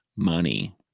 money